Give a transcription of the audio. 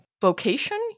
vocation